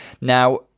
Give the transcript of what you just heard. Now